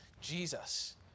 Jesus